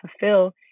fulfill